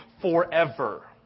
forever